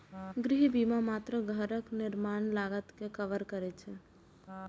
गृह बीमा मात्र घरक निर्माण लागत कें कवर करै छै